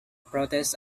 protest